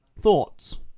Thoughts